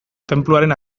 tenpluaren